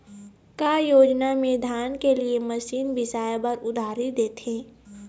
का योजना मे धान के लिए मशीन बिसाए बर उधारी देथे?